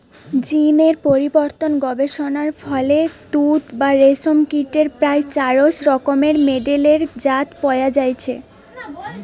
জীন এর পরিবর্তন গবেষণার ফলে তুত বা রেশম কীটের প্রায় চারশ রকমের মেডেলের জাত পয়া যাইছে